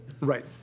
Right